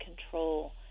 control